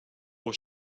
pour